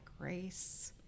grace